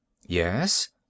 yes